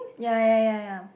ya ya ya ya